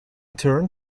turn